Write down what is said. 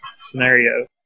scenario